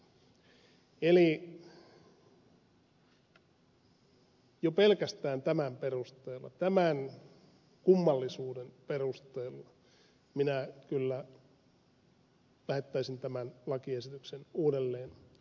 eli jo pelkästään tämän perusteella tämän kummallisuuden perusteella minä kyllä lähettäisin tämän lakiesityksen uudelleen valmisteltavaksi